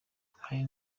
hari